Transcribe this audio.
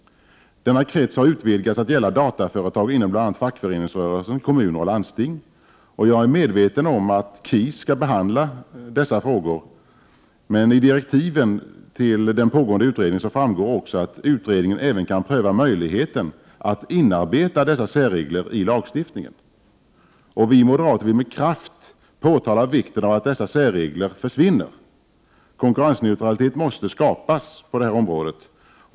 Denna krets har utvidgats till att gälla dataföretag inom bl.a. fackföreningsrörelsen, kommuner och landsting. Jag är medveten om att KIS skall behandla dessa frågor. I direktiven till den pågående utredningen framgår också att utredningen även kan pröva möjligheten att inarbeta dessa särregler i lagstiftningen. Vi moderater vill med kraft poängtera vikten av att dessa särregler försvinner. Konkurrensneutralitet måste skapas på detta område.